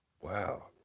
Wow